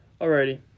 Alrighty